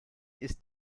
ist